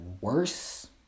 worse